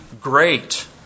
great